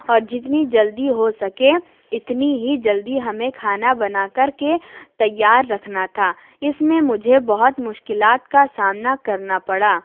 اور جتنی جلدی ہو سکے اتنی ہی جلدی ہمیں کھانا بنا کر کے تیار رکھنا تھا اس میں مجھے بہت مشکلات کا سامنا کرنا پڑا